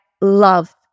love